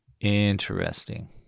interesting